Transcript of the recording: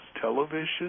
television